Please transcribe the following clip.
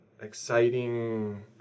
exciting